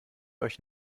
euch